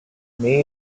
made